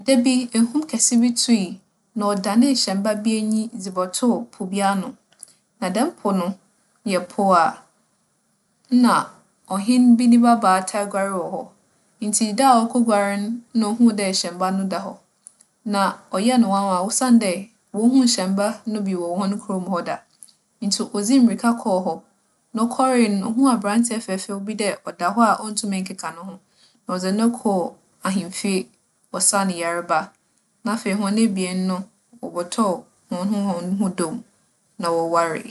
Da bi, ehum kɛse bi tui na ͻdanee hyɛmba bi enyi dze bͻtoow po bi ano. Na dɛm po no yɛ po a nna ͻhen bi ne babaa taa guar wͻ hͻ. Ntsi da a okoguar no na ohun dɛ hyɛmba no da hͻ, na ͻyɛɛ no nwanwa osiandɛ wohun hyɛmba no bi wͻ hͻn kurow mu hͻ da. Ntsi odzii mbirika kͻr hͻ. Na ͻkͻree no, ohun aberantsɛ fɛɛfɛw bi dɛ ͻda hͻ a onntum nnkeka noho. Na ͻdze no kͻr ahemfie, wͻsaa no yarba. Na afei hͻn ebien no, wͻbͻtͻͻ hͻnho hͻnho dͻ mu, na wͻwaree.